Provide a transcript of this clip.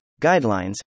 guidelines